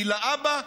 כי לאבא,